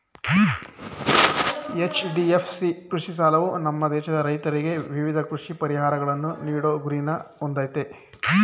HDFC ಕೃಷಿ ಸಾಲವು ನಮ್ಮ ದೇಶದ ರೈತ್ರಿಗೆ ವಿವಿಧ ಕೃಷಿ ಪರಿಹಾರಗಳನ್ನು ನೀಡೋ ಗುರಿನ ಹೊಂದಯ್ತೆ